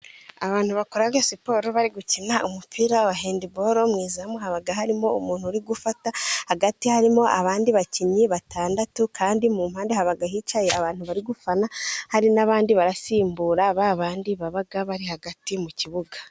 Abantu bakora siporo bari gukina umupira wa hendiboro, mu izamu haba harimo umuntu uri gufata, hagati harimo abandi bakinnyi batandatu kandi mu mpande haba hicaye abantu bari gufana, hari n'abandi bari busimbure ba bandi baba bari hagati mu kibuga.